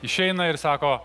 išeina ir sako